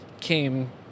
came